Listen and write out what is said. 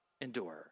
endure